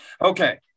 Okay